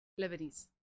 Lebanese